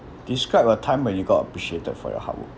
describe a time when you got appreciated for your hard work